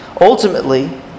Ultimately